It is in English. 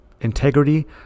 integrity